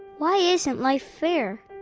why isn't life fair?